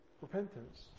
repentance